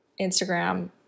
Instagram